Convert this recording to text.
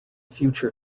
future